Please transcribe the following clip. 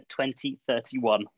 2031